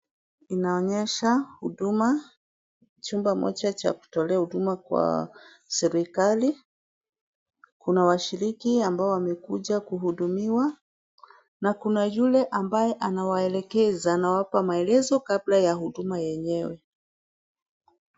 Inaonyesha, huduma. Chumba moja cha kutolea huduma kwa serikali. Kuna washiriki ambao wamekuja kuhudumiwa, na kuna yule ambaye anawaelekeza, anawapa maelezo kabla ya huduma yenyewe.